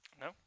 No